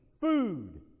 food